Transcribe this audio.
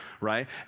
Right